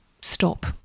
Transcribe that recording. stop